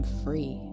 free